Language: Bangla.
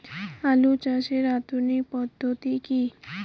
আলু চাষের আধুনিক পদ্ধতি কি?